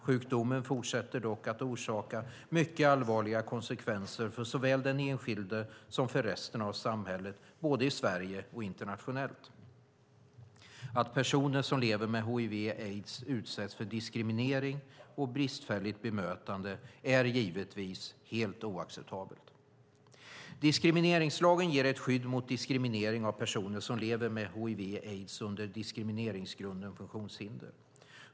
Sjukdomen fortsätter dock att orsaka mycket allvarliga konsekvenser för såväl den enskilde som resten av samhället, både i Sverige och internationellt. Att personer som lever med hiv aids under diskrimineringsgrunden funktionshinder.